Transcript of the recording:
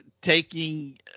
taking